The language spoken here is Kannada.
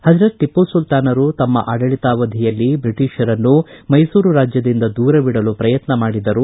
ಪಜರತ್ ಟಿಪ್ಪು ಸುಲ್ತಾನರು ತಮ್ಮ ಆಡಳಿತಾವಧಿಯಲ್ಲಿ ಬ್ರಿಟಿಷರನ್ನು ಮೈಸೂರು ರಾಜ್ಯದಿಂದ ದೂರವಿಡಲು ಪ್ರಯತ್ನ ಮಾಡಿದರು